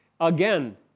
Again